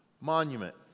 monument